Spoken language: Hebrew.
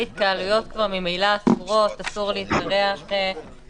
היינו היום בפיקוד העורף וראינו שהוא לא מסוגל להשתלט אפילו על 10%